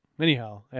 Anyhow